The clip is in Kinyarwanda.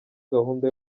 gahunda